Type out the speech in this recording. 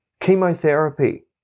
Chemotherapy